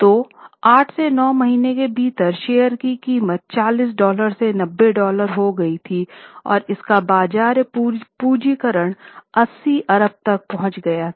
तो 8 से 9 महीने के भीतर शेयर की कीमत 40 डॉलर से 90 डॉलर हो गई थी और इसका बाजार पूंजीकरण 80 अरब तक पहुंच गया था